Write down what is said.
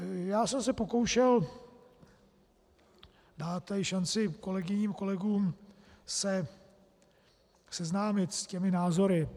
Já jsem se pokoušel dát šanci kolegyním, kolegům se seznámit s těmi názory.